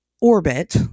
orbit